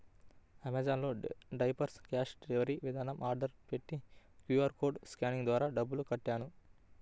Amazon లో diapers cash delivery విధానంలో order పెట్టి క్యూ.ఆర్ కోడ్ స్కానింగ్ ద్వారా డబ్బులు కట్టాను